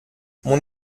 mon